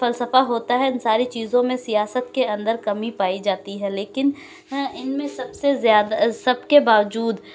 فلسفہ ہوتا ہے ان ساری چیزوں میں سیاست کے اندر کمی پائی جاتی ہے لیکن ان میں سب سے زیادہ سب کے باوجود